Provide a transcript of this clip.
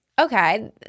okay